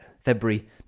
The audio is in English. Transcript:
February